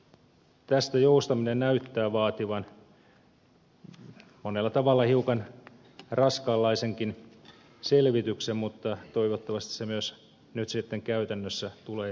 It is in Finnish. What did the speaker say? toki tästä joustaminen näyttää vaativan monella tavalla hiukan raskaanlaisenkin selvityksen mutta toivottavasti se myös nyt sitten käytännössä tulee toimimaan